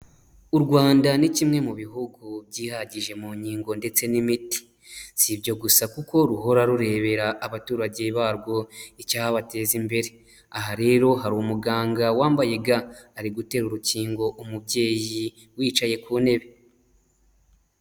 U Rwanda ni kimwe mu bihugu byihagije mu nkingo ndetse n'imiti, si ibyo gusa kuko ruhora rurebera abaturage barwo icyabateza imbere, aha rero hari umuganga wambaye ga ari gutera urukingo umubyeyi wicaye ku ntebe.